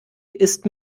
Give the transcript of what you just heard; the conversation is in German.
ist